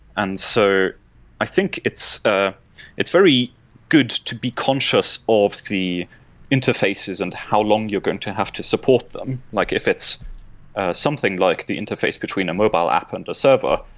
and so i think it's ah it's very good to be conscious of the interfaces and how long you're going to have to support them. like if it's something like the interface between a mobile app and a server,